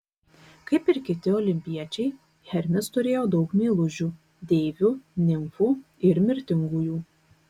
kaip ir kiti olimpiečiai hermis turėjo daug meilužių deivių nimfų ir mirtingųjų